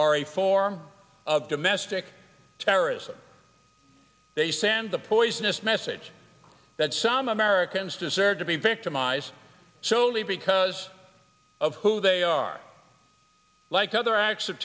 are a form of domestic terrorism they send the poisonous message that some americans deserve to be victimized soley because of who they are like other acts of